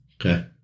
Okay